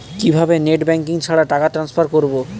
কিভাবে net banking ছাড়া টাকা টান্সফার করব?